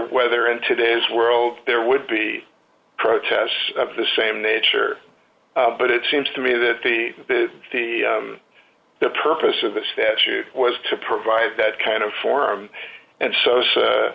whether in today's world there would be protests of the same nature but it seems to me that the the the purpose of the statute was to provide that kind of forum and s